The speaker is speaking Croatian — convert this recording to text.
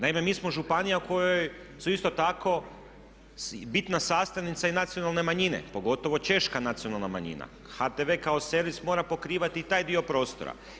Naime, mi smo županija kojoj su isto tako bitna sastavnica i nacionalne manjine, pogotovo češka nacionalna manjina, HTV kao servis mora pokrivati i taj dio prostora.